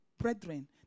brethren